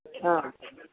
হ্যাঁ